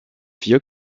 vieux